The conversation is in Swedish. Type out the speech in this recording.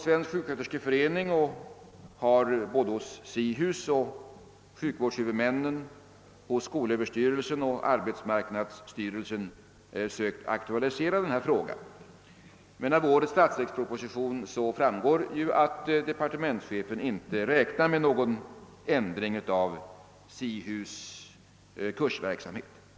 Svensk sjuksköterskeförening har hos SIHUS, hos sjukvårdshuvudmännen, hos skolöverstyrelsen och hos arbetsmarknadsstyrelsen sökt aktualisera den här frågan, men av årets statsverksproposition framgår att departementschefen inte räknar med någon ändring i kursverksamheten vid SIHUS.